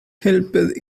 helped